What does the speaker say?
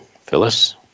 Phyllis